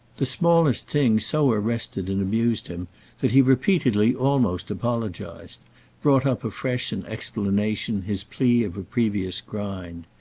the smallest things so arrested and amused him that he repeatedly almost apologised brought up afresh in explanation his plea of a previous grind.